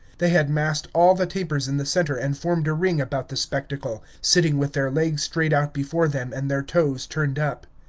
they had massed all the tapers in the center and formed a ring about the spectacle, sitting with their legs straight out before them and their toes turned up.